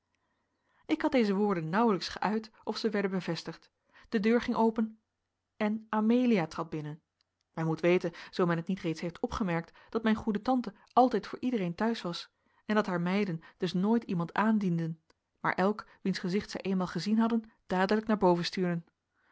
ik had deze woorden nauwelijks geuit of zij werden bevestigd de deur ging open en amelia trad binnen men moet weten zoo men het niet reeds heeft opgemerkt dat mijn goede tante altijd voor iedereen te huis was en dat haar meiden dus nooit iemand aandienden maar elk wiens gezicht zij eenmaal gezien hadden dadelijk naar boven stuurden